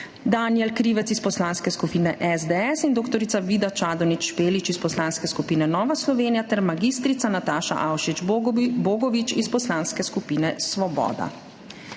Danijel Krivec iz Poslanske skupine SDS in dr. Vida Čadonič Špelič iz Poslanske skupine Nova Slovenija ter mag. Nataša Avšič Bogovič iz Poslanske skupine Svoboda.